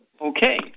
Okay